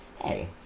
hey